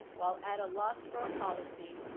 while at loss for a policy,